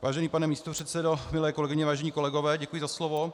Vážený pane místopředsedo, milé kolegyně, vážení kolegové, děkuji za slovo.